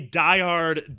diehard